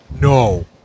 No